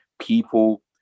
people